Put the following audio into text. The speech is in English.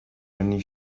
only